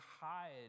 hide